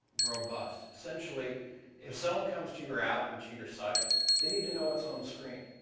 robust. essentially if someone comes to your app or to your site they need to know what's on the screen.